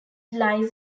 lies